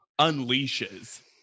unleashes